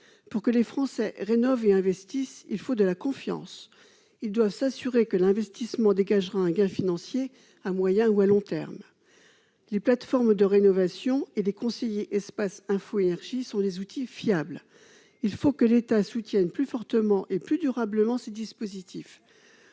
Pour que les Français rénovent et investissent, il faut de la confiance. Ils doivent s'assurer que l'investissement dégagera un gain financier à moyen ou long terme. Les plateformes de rénovation énergétique et les conseillers des espaces info énergie sont des outils fiables. Il faut que l'État soutienne plus fortement et plus durablement ces dispositifs